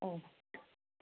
औ